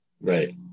Right